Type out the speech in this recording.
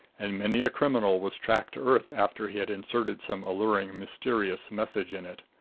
and many a criminal was tracked to earth after he had inserted some alluring mysterious message in it.